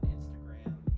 Instagram